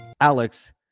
Alex